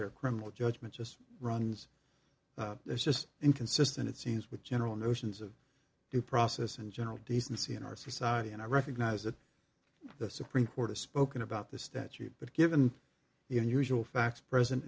their criminal judgment just runs there's just inconsistent it seems with general notions of due process and general decency in our society and i recognize that the supreme court has spoken about the statute but given the unusual facts present